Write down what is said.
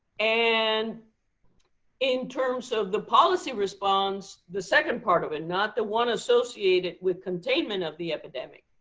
and in terms of the policy response, the second part of it, not the one associated with containment of the epidemic,